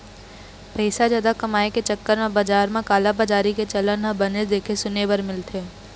पइसा जादा कमाए के चक्कर म बजार म कालाबजारी के चलन ह बनेच देखे सुने बर मिलथे